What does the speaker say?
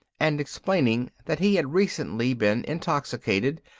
and explaining that he had recently been intoxicated,